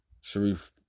Sharif